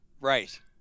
Right